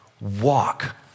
Walk